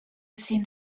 seemed